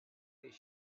his